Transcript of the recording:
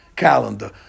calendar